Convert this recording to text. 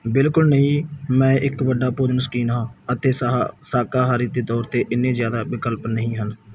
ਬਿਲਕੁਲ ਨਹੀਂ ਮੈਂ ਇੱਕ ਵੱਡਾ ਭੋਜਨ ਸ਼ੌਕੀਨ ਹਾਂ ਅਤੇ ਸਾਹਾ ਸ਼ਾਕਾਹਾਰੀ ਦੇ ਤੌਰ 'ਤੇ ਇੰਨੇ ਜ਼ਿਆਦਾ ਵਿਕਲਪ ਨਹੀਂ ਹਨ